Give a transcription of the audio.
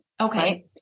Okay